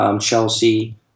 Chelsea